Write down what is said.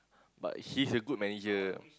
but he's a good manager